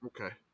okay